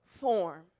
form